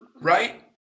Right